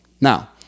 now